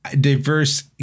diverse